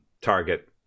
target